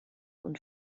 und